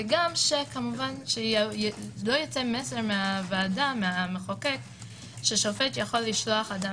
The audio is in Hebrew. וגם שלא ייצא מסר מהמחוקק ששופט יכול לשלוח אדם